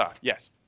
yes